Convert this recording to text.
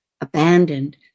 abandoned